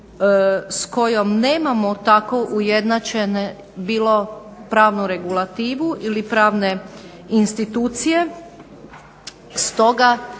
s kojom nemamo tako ujednačene bilo pravnu regulativu ili pravne institucije. Stoga